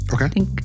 Okay